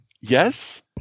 yes